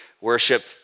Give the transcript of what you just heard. worship